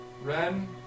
Ren